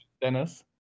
Dennis